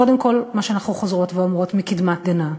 קודם כול, מה שאנחנו חוזרות ואמרות מקדמת דנא: